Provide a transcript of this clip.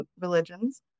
religions